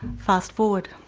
fast forward.